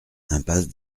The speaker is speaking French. impasse